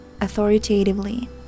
authoritatively